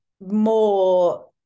more